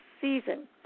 season